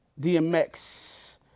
DMX